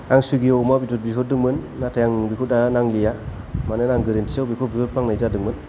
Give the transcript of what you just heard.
आं सुइगि याव अमा बेदर बिहरदोंमोन नाथाय आं दा बेखौ नांलिया मानोना आं गोरोन्थियाव बेखौ बिहरफ्लांनाय जादोंमोन